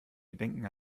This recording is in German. gedenken